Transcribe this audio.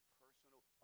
personal